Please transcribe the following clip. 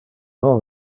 non